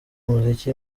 umuziki